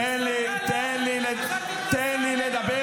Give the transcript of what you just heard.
תן לי --- זה ההבדל.